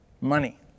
money